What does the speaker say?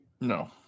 No